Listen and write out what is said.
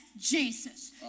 Jesus